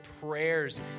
prayers